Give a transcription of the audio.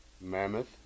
Mammoth